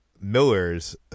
Miller's